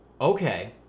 okay